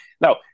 Now